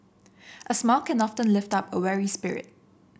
a smile can often lift up a weary spirit